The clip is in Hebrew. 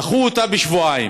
דחו אותה בשבועיים.